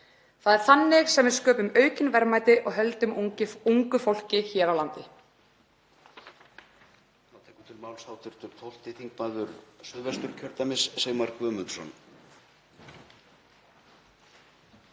Það er þannig sem við sköpum aukin verðmæti og höldum ungu fólki hér á landi.